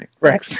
right